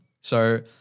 So-